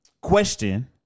Question